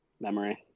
memory